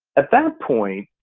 at that point,